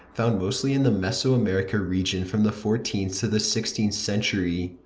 found mostly in the mesoamerica region from the fourteenth to the sixteenth century.